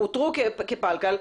שאותרו כפלקל,